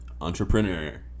Entrepreneur